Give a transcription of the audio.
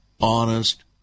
honest